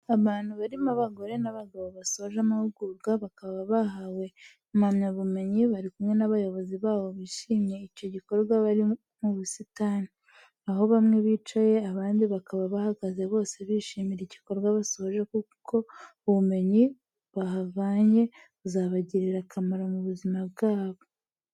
Abantu barimo abagore n'abagabo basoje amahugurwa, bakaba bahawe impamyabumenyi bari kumwe n'abayobozi babo bishimiye icyo gikorwa bari mu busitani, aho bamwe bicaye abandi bakaba bahagaze bose bishimira igikorwa basoje kuko ubumenyi bahavanye buzabagirira akamaro mu buzima bwabo.